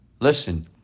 Listen